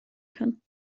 kann